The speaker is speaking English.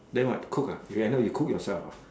then what cook ah you end up you cook yourself ah